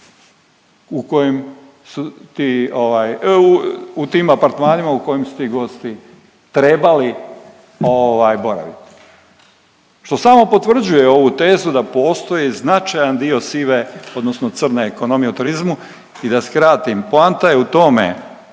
u tim apartmanima u kojem su ti gosti trebali ovaj, boraviti, što samo potvrđuje ovu tezu da postoji značajan dio sive, odnosno crne ekonomije u turizmu i da skratim. Poanta je u tome